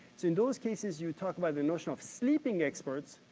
in those cases, you talk about the notion of sleeping experts,